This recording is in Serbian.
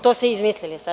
To ste izmislili sad.